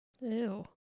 Ew